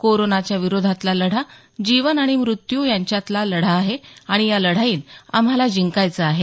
कोरोनाच्या विरोधातील लढा हा जीवन आणि मृत्यू यांच्यातील लढाई आहे आणि या लढाईत आम्हाला जिंकायचं आहे